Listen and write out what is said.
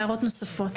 הערות נוספות?